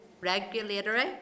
regulatory